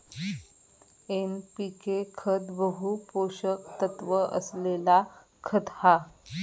NPK खत बहु पोषक तत्त्व असलेला खत हा